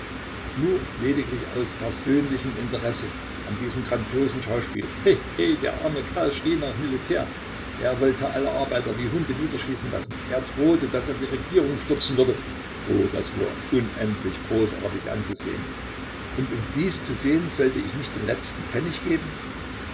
nur lediglich nur aus persönlichem interesse an diesem grandiosen schauspiel he he der arme kerl schrie nach militär er wollte alle arbeiter wie hunde niederschießen lassen er drohte daß er die regierung stürzen würde oh das war unendlich großartig anzusehen und um dies zu sehen sollt ich nicht den letzten pfennig geben